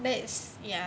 best ya